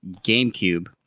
gamecube